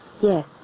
Yes